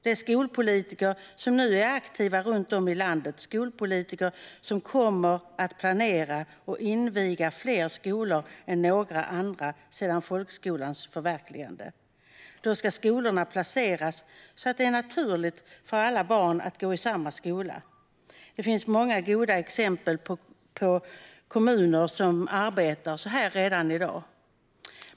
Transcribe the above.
De skolpolitiker som nu är aktiva runt om i landet kommer att planera och inviga fler skolor än några andra sedan folkskolans förverkligande. Då ska skolorna placeras så att det är naturligt för alla barn att gå i samma skola. Det finns många goda exempel på kommuner som arbetar så här redan i dag.